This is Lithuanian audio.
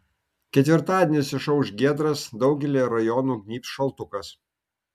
ketvirtadienis išauš giedras daugelyje rajonų gnybs šaltukas